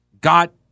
got